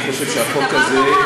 זה דבר נורא.